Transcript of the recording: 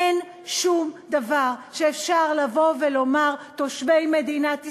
אין שום דבר שמאפשר לבוא ולומר: תושבי מדינת ישראל,